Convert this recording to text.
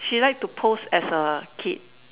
she like to pose as a kid